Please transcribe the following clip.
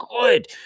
good